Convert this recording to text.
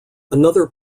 another